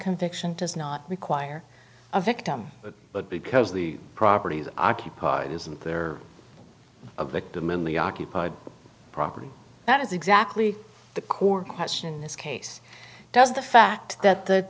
conviction does not require a victim but because the properties occupied isn't there of the them in the occupied property that is exactly the core question in this case does the fact that the